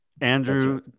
Andrew